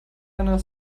eine